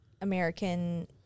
American